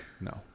No